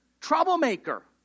troublemaker